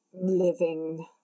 living